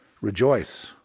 Rejoice